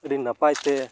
ᱟᱹᱰᱤ ᱱᱟᱯᱟᱭ ᱠᱮ